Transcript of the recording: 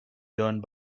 done